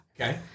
Okay